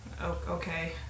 Okay